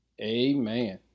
amen